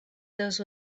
those